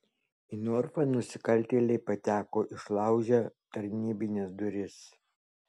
į norfą nusikaltėliai pateko išlaužę tarnybines duris